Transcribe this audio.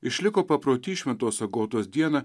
išliko paprotys šventos agotos dieną